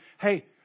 hey